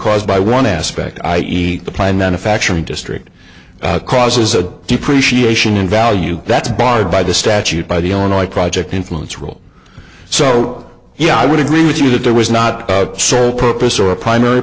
caused by one aspect i eat the pine manufacturing district causes a depreciation in value that's barred by the statute by the illinois project influence rule so yeah i would agree with you that there was not a sole purpose or primary